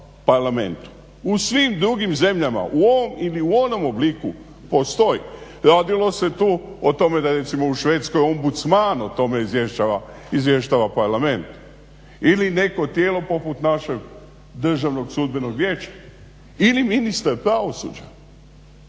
U svim drugim zemljama u ovom ili onom obliku postoji. Radilo se tu o tome da recimo u Švedskoj ombudsman o tome izvještava parlament ili neko tijelo poput našeg Državnog sudbenog vijeća ili ministar pravosuđa.